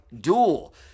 duel